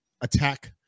attack